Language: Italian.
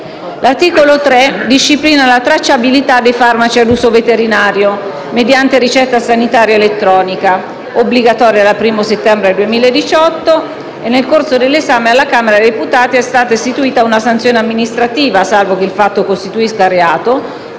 L'articolo 3 disciplina la tracciabilità dei farmaci ad uso veterinario mediante ricetta sanitaria elettronica, obbligatoria dal 1° settembre 2018. Nel corso dell'esame alla Camera dei deputati è stata istituita una sanzione amministrativa, salvo che il fatto costituisca reato,